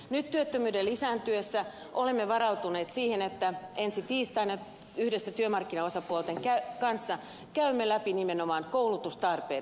nyt työttömyyden lisääntyessä olemme varautuneet siihen että ensi tiistaina yhdessä työmarkkinaosapuolten kanssa käymme läpi nimenomaan koulutustarpeet